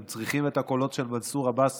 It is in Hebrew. הם צריכים את הקולות של מנסור עבאס